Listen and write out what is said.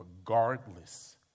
regardless